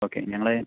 okay ഞങ്ങൾ